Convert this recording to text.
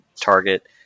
target